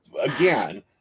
again